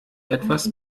etwas